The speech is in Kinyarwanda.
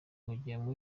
yagiyemo